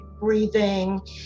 breathing